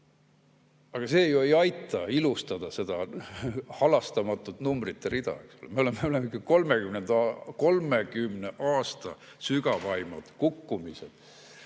Aga see ju ei aita ilustada seda halastamatut numbrite rida.Me oleme 30 aasta sügavaima kukkumise,